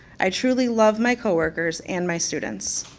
i truly love my coworkers and my students.